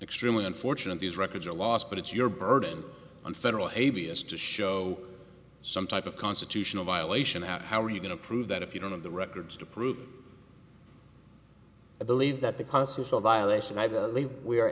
extremely unfortunate these records are lost but it's your burden on federal a b s to show some type of constitutional violation and how are you going to prove that if you don't have the records to prove i believe that the constitutional violation i believe we are